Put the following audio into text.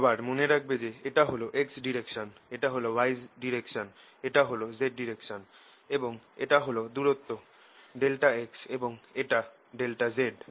আবার মনে রাখবে যে এটা হল x ডাইরেকশন এটা হল y ডাইরেকশন এটা হল z ডাইরেকশন এবং এটা হল দূরত্ব ∆x এবং এটা ∆z